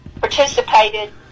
participated